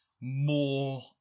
more